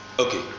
Okay